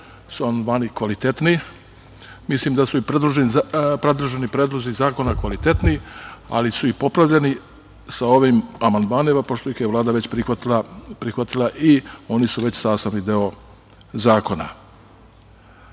su amandmani kvalitetni. Mislim da su predloženi predlozi zakona kvalitetni, ali su i popravljeni sa ovim amandmanima pošto ih je Vlada već prihvatila i oni su već sastavni deo zakona. Oblast